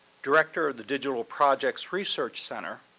director of the digital projects research center,